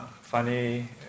funny